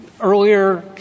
Earlier